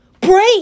Break